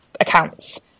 accounts